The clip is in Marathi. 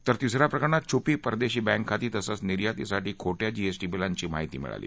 तर तिस या प्रकरणात छुपी परदेशी बँकखाती तसंच निर्यातीसाठी खोट्या जीएसटी बिलांची माहिती मिळाली